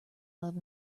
love